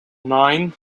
nine